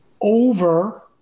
over